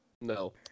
No